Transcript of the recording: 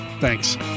Thanks